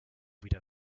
wieder